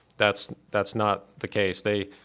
that's that's not the case. they